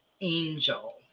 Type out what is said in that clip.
angel